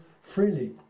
freely